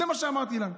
זה מה שאמרתי לה.